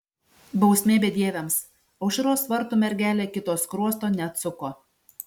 bausmė bedieviams aušros vartų mergelė kito skruosto neatsuko